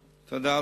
תודה,